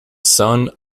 son